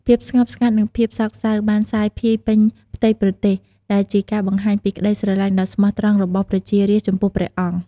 ភាពស្ងប់ស្ងាត់ និងភាពសោកសៅបានសាយភាយពេញផ្ទៃប្រទេស ដែលជាការបង្ហាញពីក្ដីស្រឡាញ់ដ៏ស្មោះត្រង់របស់ប្រជារាស្ត្រចំពោះព្រះអង្គ។